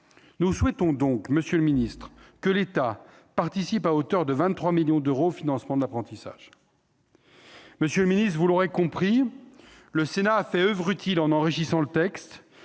Nous souhaitons donc que l'État participe à hauteur de 23 millions d'euros au financement de l'apprentissage. Monsieur le secrétaire d'État, vous l'aurez compris, le Sénat a fait oeuvre utile en enrichissant le projet